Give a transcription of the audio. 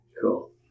Cool